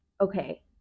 okay